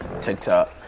TikTok